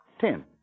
ten